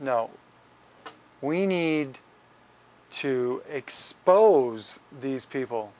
no we need to expose these people